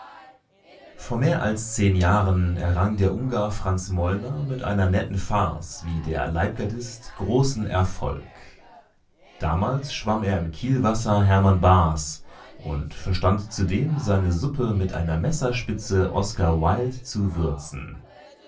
vor mehr als zehn jahren errang der ungar franz molnr mit einer netten farce wie der leibgardist großen erfolg damals schwamm er im kielwasser hermann bahrs und verstand zudem seine suppen mit einer messerspitze oskar wilde zu würzen